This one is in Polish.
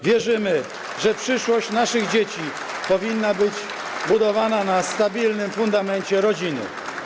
Wierzymy, że przyszłość naszych dzieci powinna być budowana na stabilnym fundamencie rodziny.